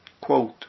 Quote